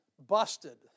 busted